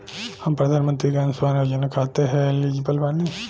हम प्रधानमंत्री के अंशुमान योजना खाते हैं एलिजिबल बनी?